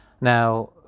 Now